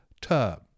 term